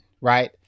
right